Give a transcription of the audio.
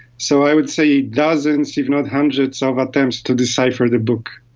so i would say dozens if not hundreds so of attempts to decipher the book.